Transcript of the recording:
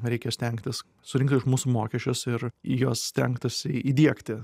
reikia stengtis surinkti už mūsų mokesčius ir į juos stengtasi įdiegti